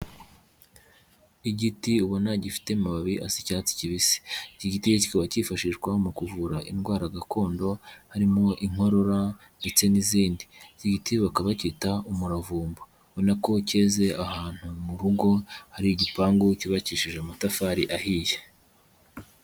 Igiti ubona gifite amababi asa icyatsi kibisi, iki giti kikaba cyifashishwa mu kuvura indwara gakondo, harimo inkorora ndetse n'izindi, iki giti bakaba bacyita umuravumbabona, ubona ko cyeze ahantu mu rugo hari igipangu cyubakishije amatafari ahiye.